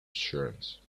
assurance